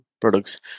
products